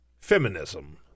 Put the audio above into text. Feminism